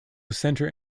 center